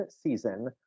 season